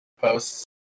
posts